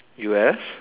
U_S